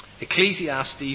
Ecclesiastes